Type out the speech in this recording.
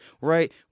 Right